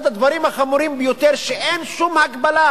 אחד הדברים החמורים ביותר, שאין שום הגבלה